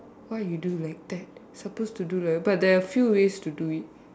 why you do like that suppose to do like but there are a few ways to do it